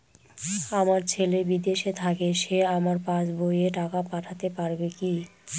আমার ছেলে বিদেশে থাকে সে আমার পাসবই এ টাকা পাঠাতে পারবে কি?